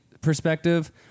perspective